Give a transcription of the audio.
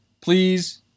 please